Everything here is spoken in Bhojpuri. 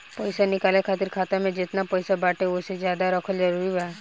पईसा निकाले खातिर खाता मे जेतना पईसा बाटे ओसे ज्यादा रखल जरूरी बा?